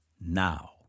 now